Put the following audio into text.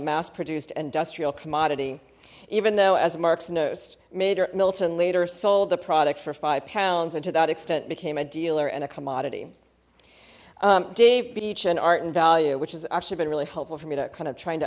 mass produced industrial commodity even though as marx knows major milton later sold the product for five pounds and to that extent became a dealer and a commodity dave beech and art and value which has actually been really helpful for me to kind of trying to